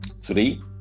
three